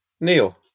Neil